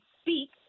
speak